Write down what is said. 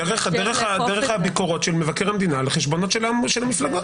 דרך הביקורות של מבקר המדינה על חשבונות של המפלגות.